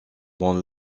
dans